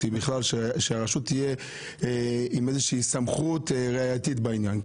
שהרשות תהיה עם איזושהי סמכות ראייתית בעניין.